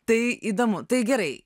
tai įdomu tai gerai